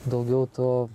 daugiau tu